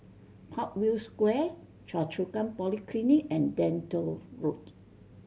Parkview Square Choa Chu Kang Polyclinic and Lentor Road